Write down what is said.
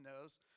knows